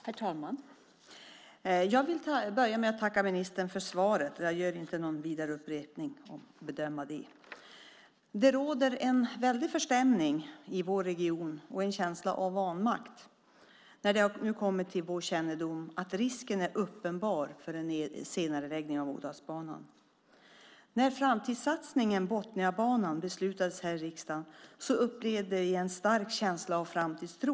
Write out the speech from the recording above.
Herr talman! Jag vill börja med att tacka ministern för svaret. Jag upprepar inte de bedömningar som redan gjorts. Det råder en väldig förstämning och en känsla av vanmakt i vår region när det nu kommit till vår kännedom att risken för en senareläggning av Ådalsbanan är uppenbar. När framtidssatsningen Botniabanan beslutades i riksdagen upplevde vi en stark känsla av framtidstro.